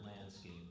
landscape